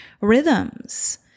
rhythms